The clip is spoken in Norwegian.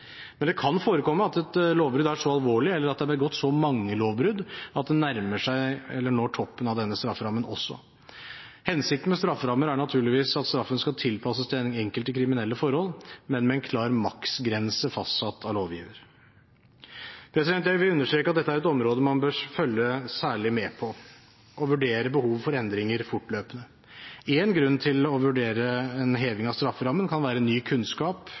Men det kan forekomme at et lovbrudd er så alvorlig, eller at det er begått så mange lovbrudd, at man også nærmer seg eller når toppen av denne strafferammen. Hensikten med strafferammer er naturligvis at straffen skal tilpasses det enkelte kriminelle forhold, men med en klar maksgrense fastsatt av lovgiver. Jeg vil understreke at dette er et område man bør følge særlig med på, og vurdere behovet for endringer fortløpende. Én grunn til å vurdere en heving av strafferammene kan være ny kunnskap